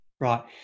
Right